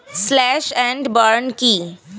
Slash and burn কি?